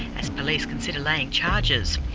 as police consider laying charges.